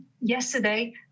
yesterday